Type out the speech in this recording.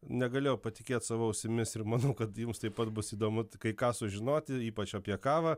negalėjau patikėt savo ausimis ir manau kad jums taip pat bus įdomu kai ką sužinoti ypač apie kavą